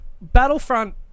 Battlefront